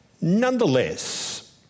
Nonetheless